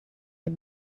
the